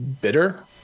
bitter